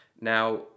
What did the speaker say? Now